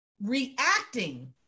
reacting